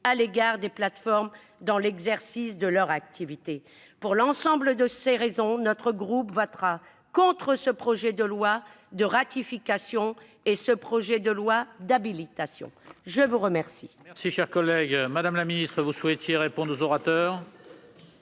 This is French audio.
à l'égard des plateformes dans l'exercice de leur activité. Pour l'ensemble de ces raisons, notre groupe votera contre ce projet de loi de ratification et d'habilitation. La parole